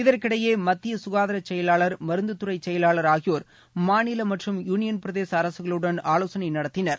இதற்கிடையே மத்திய சுகாதார செயலாளர் மருந்து துறை செயலாளர் ஆகியோர் மாநில மற்றும் யூனியன் பிரதேச அரசுகளுடன் ஆலோசனை நடத்தினார்கள்